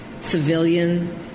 civilian